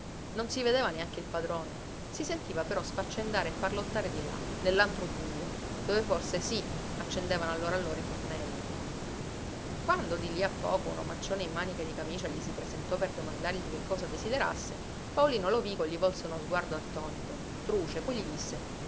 non si vedeva neanche il padrone si sentiva però sfaccendare e parlottare di là nell'antro bujo dove forse sì accendevano allora allora i fornelli quando di lì a poco un omaccione in maniche di camicia gli si presentò per domandargli che cosa desiderasse paolino lovico gli volse uno sguardo attonito truce poi gli disse